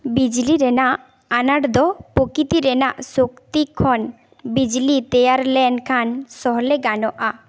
ᱵᱤᱡᱽᱞᱤ ᱨᱮᱱᱟᱜ ᱟᱱᱟᱴ ᱫᱚ ᱯᱨᱚᱠᱨᱤᱛᱤ ᱨᱮᱱᱟᱜ ᱥᱚᱠᱛᱤ ᱠᱷᱚᱱ ᱵᱤᱡᱽᱞᱤ ᱛᱮᱭᱟᱨ ᱞᱮᱱᱠᱷᱟᱱ ᱥᱚᱦᱞᱮ ᱜᱟᱱᱚᱜᱼᱟ